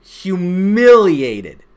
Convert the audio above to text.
humiliated